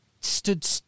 stood